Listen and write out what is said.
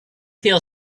feel